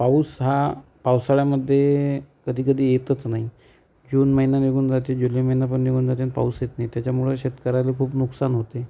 पाऊस हा पावसाळ्यामध्ये कधीकधी येतच नाही जून महिना निघून जाते जुलै महिना पण निघून जाते आणि पाऊस येत नाही त्याच्यामुळं शेतकर्याचं खूप नुकसान होते